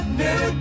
new